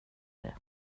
det